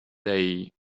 they